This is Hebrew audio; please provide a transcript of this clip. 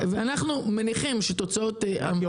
אנחנו מניחים שתוצאות --- שר החקלאות ופיתוח הכפר עודד